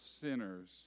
sinners